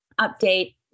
update